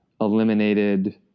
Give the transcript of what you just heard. eliminated